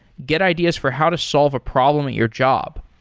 get ideas for how to solve a problem at your job.